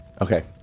okay